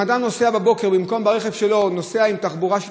אם אדם נוסע בבוקר ובמקום ברכב שלו הוא נוסע בתחבורה שיתופית,